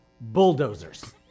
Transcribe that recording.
bulldozers